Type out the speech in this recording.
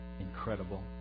incredible